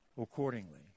accordingly